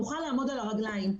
נוכל לעמוד על הרגליים.